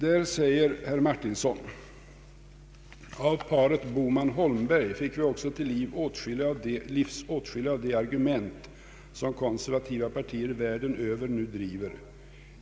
Där säger herr Martinsson: ”Av paret Bohman-Holmberg fick vi också till livs åtskilliga av de argument som konservativa partier världen över nu driver.